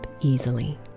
easily